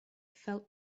felt